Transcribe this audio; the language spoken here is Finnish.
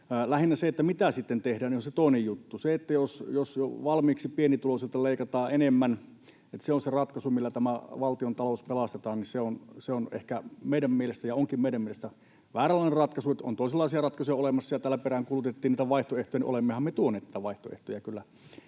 Lähinnä se, että mitä sitten tehdään, on se toinen juttu. Jos se, että jo valmiiksi pienituloisilta leikataan enemmän, on se ratkaisu, millä tämä valtiontalous pelastetaan, niin se on ehkä meidän mielestämme ja onkin meidän mielestämme vääränlainen ratkaisu — on toisenlaisia ratkaisuja olemassa. Ja kun täällä peräänkuulutettiin niitä vaihtoehtoja, niin olemmehan me tuoneet niitä vaihtoehtoja kyllä